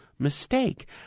Mistake